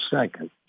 second